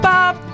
Bob